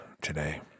today